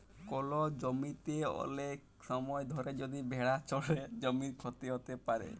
call জমিতে ওলেক সময় ধরে যদি ভেড়া চরে জমির ক্ষতি হ্যত প্যারে